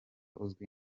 uzwi